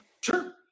Sure